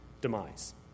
demise